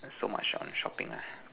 so much on shopping lah